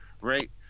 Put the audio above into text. Right